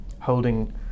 holding